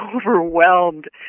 overwhelmed